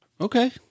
Okay